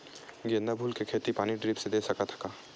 गेंदा फूल के खेती पानी ड्रिप से दे सकथ का?